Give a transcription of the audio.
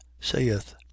saith